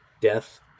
death